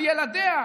על ילדיה,